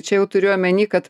čia jau turiu omeny kad